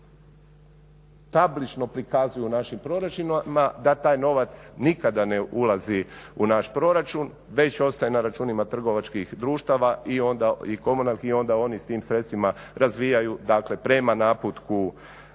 tablično prikazuje u našim proračunima da taj novac nikada ne ulazi u naš proračun već ostaje na računima trgovačkih društava i komunalnih i onda oni s tim sredstvima razvijaju prema naputku